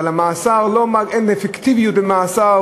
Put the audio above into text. אבל אין אפקטיביות למאסר,